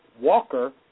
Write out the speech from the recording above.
Walker